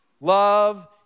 Love